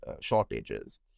shortages